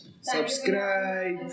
Subscribe